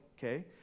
Okay